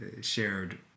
shared